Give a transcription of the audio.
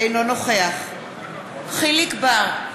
אינו נוכח יחיאל חיליק בר,